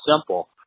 simple